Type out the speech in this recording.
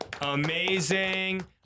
Amazing